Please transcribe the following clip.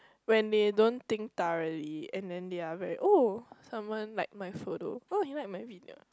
when they don't think thoroughly and then they are very oh someone like my photo oh he like my video